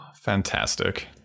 fantastic